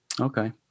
Okay